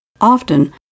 Often